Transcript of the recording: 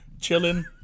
chilling